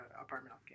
apartment